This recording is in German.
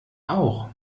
auch